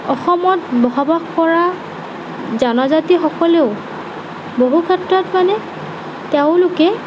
অসমত বসবাস কৰা জনজাতিসকলেও বহু ক্ষেত্ৰত মানে তেওঁলোকে